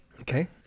Okay